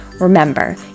Remember